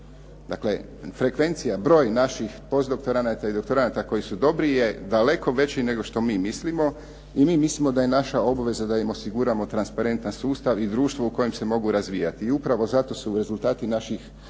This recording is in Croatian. Dakle, frekvencija, broj naših postdoktoranata i doktoranata koji su dobri je daleko veći nego što mi mislimo i mi mislimo da je naša obveza da im osiguramo transparentan sustav i društvo u kojem se mogu razvijati i upravo zato su rezultati naših